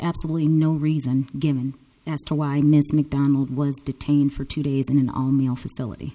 absolutely no reason given as to why miss mcdonald was detained for two days in an all male facility